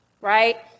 right